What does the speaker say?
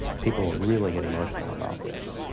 people really get emotional about this.